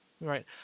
Right